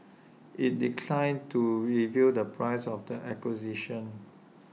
IT declined to reveal the price of the acquisition